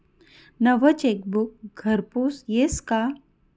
नवं चेकबुक घरपोच यस का?